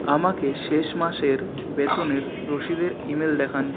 আমাকে শেষ মাস এর বেতনের রশিদের ইমেল দেখান